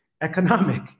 economic